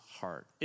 heart